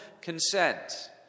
consent